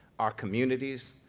our communities,